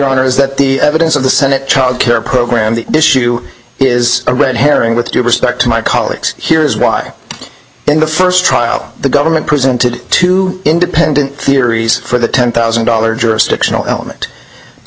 honor is that the evidence of the senate child care program the issue is a red herring with due respect to my colleagues here is why in the first trial the government presented two independent theories for the ten thousand dollars jurisdictional element the